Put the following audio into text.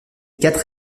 quatre